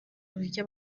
buryo